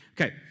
Okay